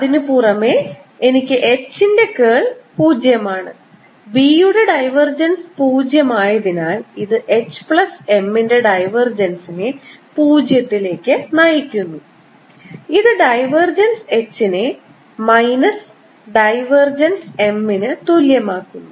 അതിനുപുറമെ എനിക്ക് H ന്റെ curl പൂജ്യമാണ് B യുടെ ഡൈവർജൻസ് പൂജ്യമായതിനാൽ ഇത് H പ്ലസ് M ന്റെ ഡൈവർജൻസിനെ പൂജ്യത്തിലേക്ക് നയിക്കുന്നു ഇത് ഡൈവർജൻസ് H നെ മൈനസ് ഡൈവർജൻസ് M ന് തുല്യമാക്കുന്നു